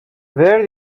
where